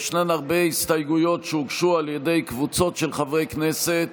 ישנן הרבה הסתייגויות שהוגשו על ידי קבוצות של חברי כנסת.